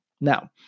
Now